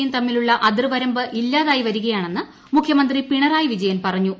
യുും തമ്മിലുള്ള അതിർവരമ്പ് ഇല്ലാതായി വരികയാണ്ണെന്ന് മുഖ്യമന്ത്രി പിണറായി വിജയൻ പറഞ്ഞു